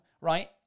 right